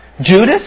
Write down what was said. Judas